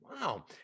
Wow